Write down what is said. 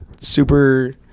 Super